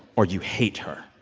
or you hate her.